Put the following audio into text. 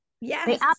Yes